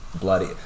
bloody